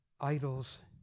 idols